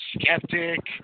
skeptic